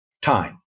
time